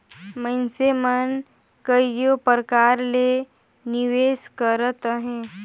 मइनसे मन कइयो परकार ले निवेस करत अहें